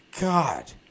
God